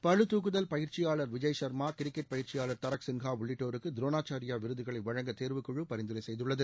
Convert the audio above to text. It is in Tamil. பளுதூக்குதல் பயிற்சியாளர் விஜய் ஷர்மா கிரிக்கெட் பயிற்சியாளர் தரக் சின்ஹா உள்ளிட்டோருக்கு த்ரோனாச்சாரியார் விருதுகளை வழங்க தேர்வுக்குழு பரிந்துரை செய்துள்ளது